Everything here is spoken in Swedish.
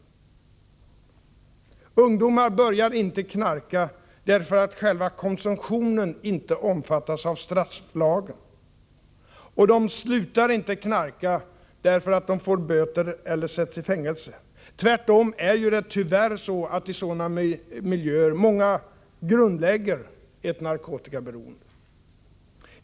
Ungdomar börjar inte knarka därför att själva konsumtionen inte omfattas av strafflagen. Och de slutar inte knarka därför att de får böter eller sätts i fängelse — tvärtom är det tyvärr just i fängelsemiljön som många grundlägger ett narkotikaberoende.